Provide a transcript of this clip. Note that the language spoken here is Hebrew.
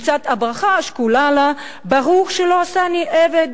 לצד הברכה השקולה לה "ברוך שלא עשני עבד".